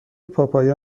پاپایا